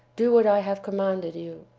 do what i have commanded you.